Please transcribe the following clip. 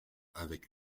avec